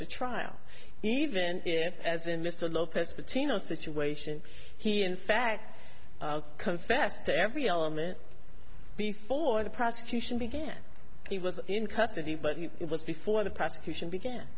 to trial even if as in mr lopez pitino situation he in fact confessed to every element before the prosecution began he was in custody but it was before the prosecution began